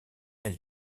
elle